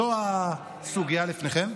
זו הסוגיה לפניכם.